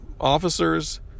officers